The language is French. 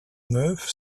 neuf